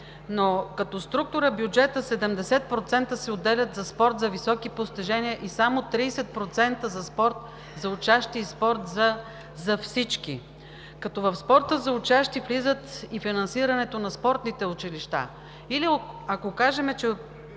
Като структура в бюджета 70% се отделят за спорт за високи постижения и само 30% за спорт за учащи и спорт за всички, като в спорта за учащи влизат и финансирането на спортните училища. Или, ако кажем, че